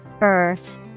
Earth